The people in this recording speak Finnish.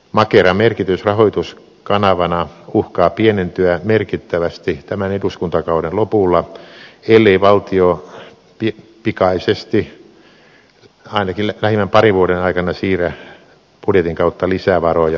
makeran merkitys rahoituskanavana uhkaa pienentyä merkittävästi tämän eduskuntakauden lopulla ellei valtio pikaisesti ainakin lähimmän parin vuoden aikana siirrä budjetin kautta lisää varoja makeraan